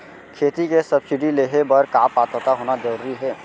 खेती के सब्सिडी लेहे बर का पात्रता होना जरूरी हे?